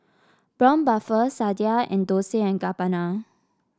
Braun Buffel Sadia and Dolce and Gabbana